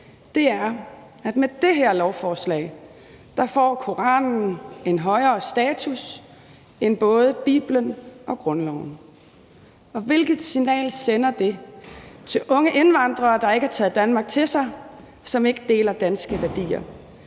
er, at med det her lovforslag får Koranen en højere status end både Bibelen og grundloven. Hvilket signal sender det til unge indvandrere, der ikke har taget Danmark til sig, og som ikke deler danske værdier,